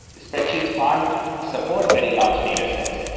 spreadsheets can't support very large datasets.